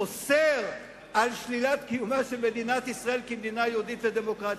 שאוסר את שלילת קיומה של מדינת ישראל כמדינה יהודית ודמוקרטית.